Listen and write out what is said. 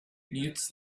mutes